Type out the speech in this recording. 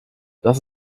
das